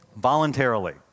Voluntarily